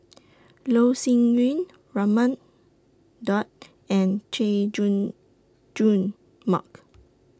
Loh Sin Yun Raman Daud and Chay Jung Jun Mark